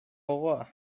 gogoa